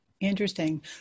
Interesting